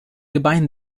gebeinen